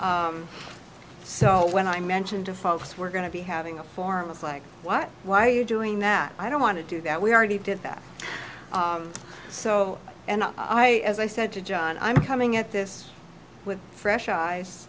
so when i mentioned to folks we're going to be having a form of like what why are you doing that i don't want to do that we already did that so and i as i said to john i'm coming at this with fresh eyes